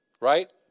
Right